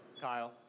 Kyle